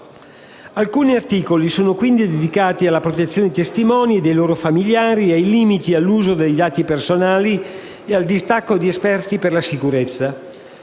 Alcuni articoli sono quindi dedicati alla protezione dei testimoni e dei loro familiari, ai limiti all'uso dei dati personali e al distacco di esperti per la sicurezza.